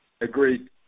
Agreed